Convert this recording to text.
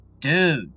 dude